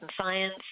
science